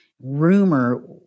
Rumor